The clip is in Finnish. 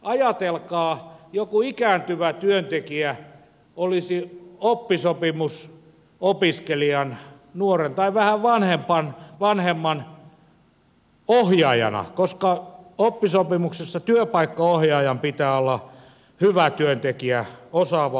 ajatelkaa joku ikääntyvä työntekijä olisi oppisopimusopiskelijan nuoren tai vähän vanhemman ohjaajana koska oppisopimuksessa työpaikkaohjaajan pitää olla hyvä työntekijä osaava ohjaaja